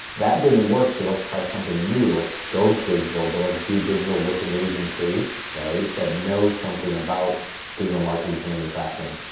that didn't work. so let's try something new. let's go digital, but let's do digital with an agency that knows something about digital marketing for manufacturing.